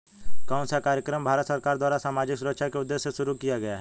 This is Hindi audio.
कौन सा कार्यक्रम भारत सरकार द्वारा सामाजिक सुरक्षा के उद्देश्य से शुरू किया गया है?